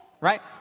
Right